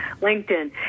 LinkedIn